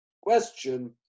question